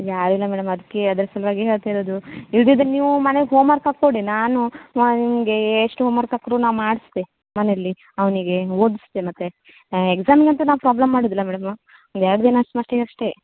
ಯಾರೂ ಇಲ್ಲ ಮೇಡಮ್ ಅದಕ್ಕೇ ಅದ್ರ ಸಲುವಾಗೇ ಹೇಳ್ತಿರೋದು ಇಲ್ಲದಿದ್ರೆ ನೀವು ಮನೆಗೆ ಹೋಮ್ವರ್ಕ್ ಹಾಕಿಕೊಡಿ ನಾನು ನನಗೆ ಎಷ್ಟು ಹೋಮ್ವರ್ಕ್ ಹಾಕ್ರೂ ನಾ ಮಾಡಿಸ್ತೆ ಮನೇಲ್ಲಿ ಅವನಿಗೆ ಓದಿಸ್ತೆ ಮತ್ತು ಎಕ್ಸಾಮಿಗಂತೂ ನಾ ಪ್ರಾಬ್ಲಮ್ ಮಾಡೋದಿಲ್ಲ ಮೇಡಮ್ ಒಂದು ಎರಡು ದಿನ ಅಷ್ಟು ಮಟ್ಟಿಗೆ ಅಷ್ಟೇ